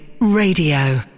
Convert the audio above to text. Radio